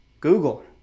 Google